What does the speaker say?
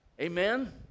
Amen